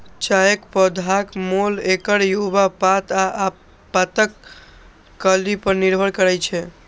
चायक पौधाक मोल एकर युवा पात आ पातक कली पर निर्भर करै छै